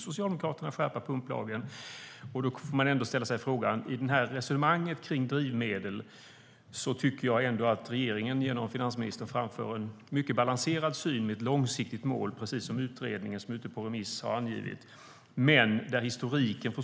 Socialdemokraterna kanske vill skärpa den. I resonemanget kring drivmedel tycker jag att regeringen genom finansministern för fram en mycket balanserad syn. Den har ett långsiktigt mål precis som anges i den utredning som är ute på remiss.